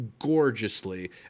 Gorgeously